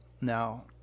Now